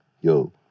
Yo